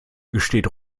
gesteht